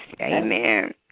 Amen